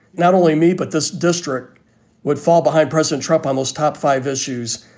not only me, but this district would fall behind president trump on those top five issues.